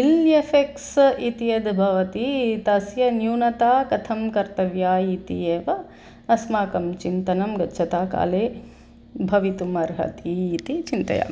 इल् effects इति यद् भवति तस्य न्यूनता कथं कर्तव्या इति एव अस्माकं चिन्तनं गच्छता काले भवितुम् अर्हति इति चिन्तयामि